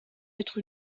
être